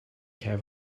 drank